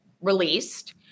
released